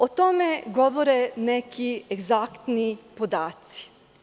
O tome govore neki egzaktni podaci.